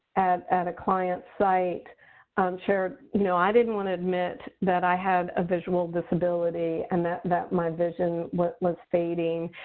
and at a client site shared, you know, i didn't want to admit that i had a visual disability and that that my vision was was fading.